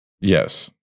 Yes